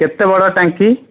କେତେ ବଡ଼ ଟାଙ୍କି